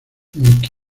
mickey